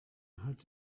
hat